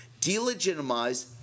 delegitimize